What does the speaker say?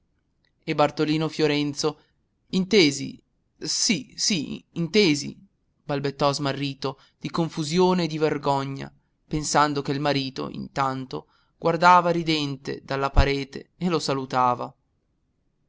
e bartolino fiorenzo intesi sì sì intesi balbettò smarrito di confusione e di vergogna pensando che il marito intanto guardava ridente dalla parete e lo salutava